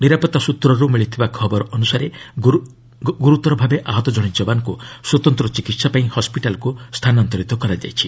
ନିରାପତ୍ତା ସ୍ନତ୍ରରୁ ମିଳିଥିବା ଖବର ଅନୁସାରେ ଗୁରୁତର ଭାବେ ଆହତ ଜଣେ ଯବାନଙ୍କୁ ସ୍ୱତନ୍ତ୍ର ଚିକିତ୍ସା ପାଇଁ ହସ୍କିଟାଲକୁ ସ୍ଥାନାନ୍ତରିତ କରାଯାଇଛି